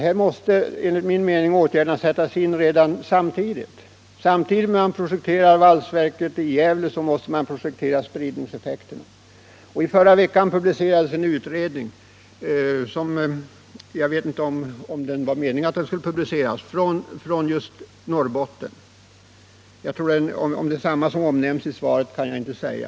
Här måste vi enligt min mening projektera sprid 133 ningseffekten samtidigt som vi projekterar valsverket i Gävle. Vi måste samtidigt skapa jobb i de längre bort belägna orterna. I förra veckan publicerades en utredning från Norrbotten — jag vet inte om det var meningen att den skulle publiceras. Om det är samma utredning som nämns i svaret kan jag inte heller säga.